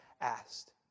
asked